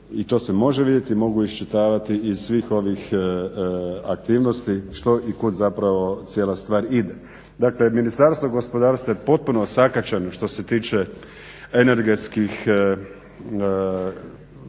i to se može vidjeti mogu iščitavati iz svih ovih aktivnosti što i kud cijela stvar ide. Dakle Ministarstvo gospodarstva je potpuno osakaćeno što se tiče energetskih resursa